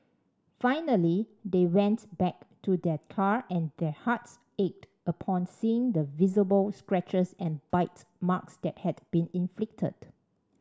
finally they went back to their car and their hearts ached upon seeing the visible scratches and bite marks that had been inflicted